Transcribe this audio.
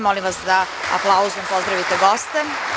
Molim vas da aplauzom pozdravite goste.